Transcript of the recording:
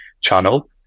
channel